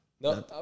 no